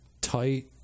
tight